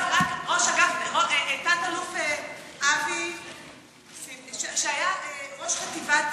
רק, תת-אלוף, שהיה ראש חטיבת